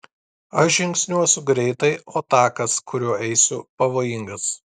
aš žingsniuosiu greitai o takas kuriuo eisiu pavojingas